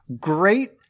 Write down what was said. great